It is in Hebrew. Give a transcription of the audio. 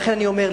לכן אני אומר,